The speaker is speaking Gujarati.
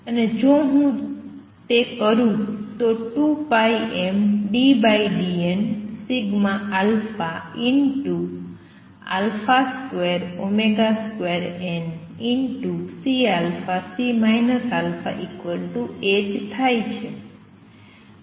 અને જો હું તે કરું તો 2πmddn22CC αh થાય છે